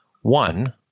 One